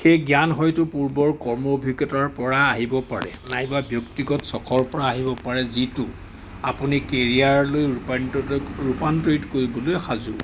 সেই জ্ঞান হয়তো পূৰ্বৰ কৰ্ম অভিজ্ঞতাৰপৰা আহিব পাৰে নাইবা ব্যক্তিগত চখৰপৰা আহিব পাৰে যিটো আপুনি কেৰিয়াৰলৈ ৰূপান্তৰিত ৰূপান্তৰিত কৰিবলৈ সাজু